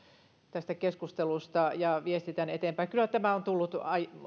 tästä keskustelusta ja viestitän eteenpäin kyllä tämä on tullut